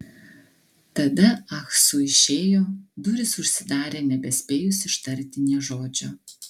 tada ah su išėjo durys užsidarė nebespėjus ištarti nė žodžio